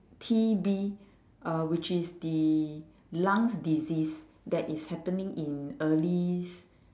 T_B uh which is the lungs disease that is happening in early s~